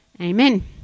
Amen